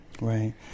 right